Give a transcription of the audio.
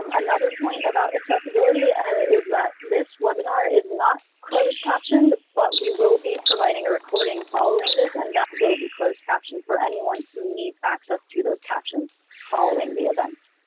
um another point about accessibility is that this webinar is not closed captioned, but we will be providing a recording following this and that will be closed captioned for anyone who needs access to those captions following the event.